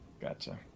Gotcha